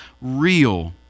real